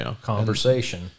conversation